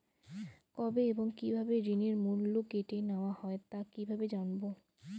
কবে এবং কিভাবে ঋণের মূল্য কেটে নেওয়া হয় তা কিভাবে জানবো?